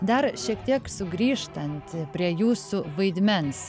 dar šiek tiek sugrįžtant prie jūsų vaidmens